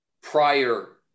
prior